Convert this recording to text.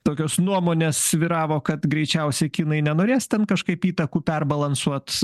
tokios nuomonės svyravo kad greičiausiai kinai nenorės ten kažkaip įtakų perbalansuot